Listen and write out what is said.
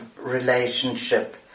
relationship